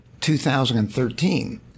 2013